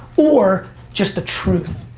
or just the truth.